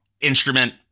instrument